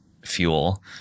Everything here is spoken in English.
fuel